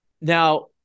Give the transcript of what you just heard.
Now